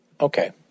okay